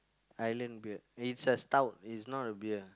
Ireland beer it's a stout it's not a beer